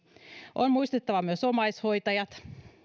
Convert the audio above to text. on muistettava myös omaishoitajat